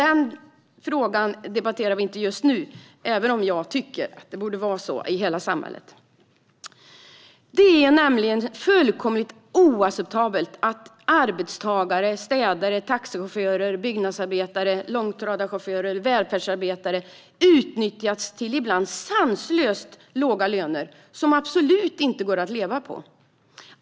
Den frågan debatterar vi dock inte nu, även om jag tycker att det borde vara så i hela samhället. Det är nämligen fullkomligt oacceptabelt att arbetstagare, städare, taxichaufförer, byggnadsarbetare, långtradarchaufförer och välfärdsarbetare utnyttjas till ibland sanslöst låga löner som absolut inte går att leva på.